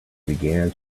began